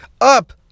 up